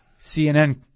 CNN